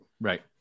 Right